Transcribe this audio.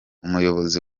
umuyobozi